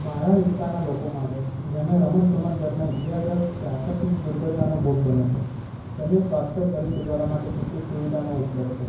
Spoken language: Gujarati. મારા વિસ્તારના લોકો માટે જેમને રમતગમત દરમિયાન ઇજાગ્રસ્ત કે આકસ્મિક દુર્ઘટનાનો ભોગ બન્યા હોય તેમની સ્વાસ્થ્ય ફરી સુધારવા માટે કેટલીક સુવિધાનો ઉપલબ્ધ છે